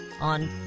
on